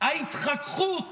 ההתחככות